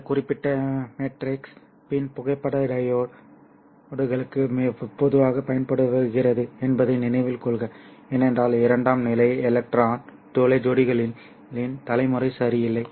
இந்த குறிப்பிட்ட matrix PIN புகைப்பட டையோட்களுக்கு பொதுவாகப் பயன்படுத்தப்படுகிறது என்பதை நினைவில் கொள்க ஏனென்றால் இரண்டாம் நிலை எலக்ட்ரான் துளை ஜோடிகளின் தலைமுறை சரியில்லை